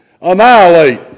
annihilate